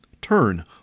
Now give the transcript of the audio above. Turn